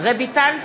רויטל סויד,